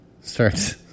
Starts